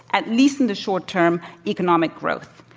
at least in the short-term, economic growth.